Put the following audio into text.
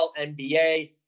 NBA